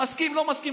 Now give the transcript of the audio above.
מסכים או לא מסכים,